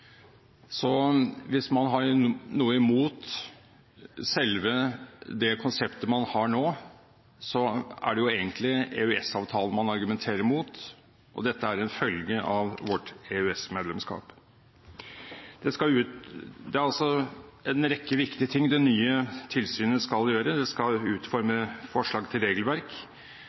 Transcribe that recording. Så hvis man har noe imot selve det konseptet man har nå, er det jo egentlig EØS-avtalen man argumenterer mot. Dette er en følge av vårt EØS-medlemskap. Det er altså en rekke viktige ting det nye tilsynet skal gjøre – det skal utforme forslag til regelverk,